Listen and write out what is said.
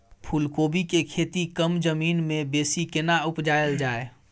फूलकोबी के खेती कम जमीन मे बेसी केना उपजायल जाय?